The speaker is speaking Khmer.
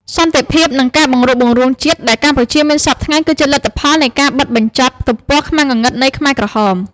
សន្តិភាព និងការបង្រួបបង្រួមជាតិដែលកម្ពុជាមានសព្វថ្ងៃ គឺជាលទ្ធផលនៃការបិទបញ្ចប់ទំព័រខ្មៅងងឹតនៃខ្មែរក្រហម។